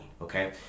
okay